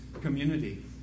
community